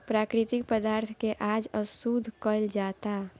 प्राकृतिक पदार्थ के आज अशुद्ध कइल जाता